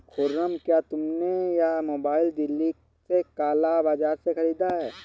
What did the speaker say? खुर्रम, क्या तुमने यह मोबाइल दिल्ली के काला बाजार से खरीदा है?